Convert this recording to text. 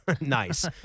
Nice